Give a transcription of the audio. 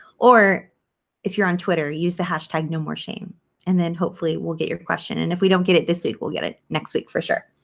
or if you're on twitter, use the hash tag nomoreshame and then hopefully we'll get your question and if we don't get it this week, we'll get it next week for sure.